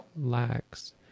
lacks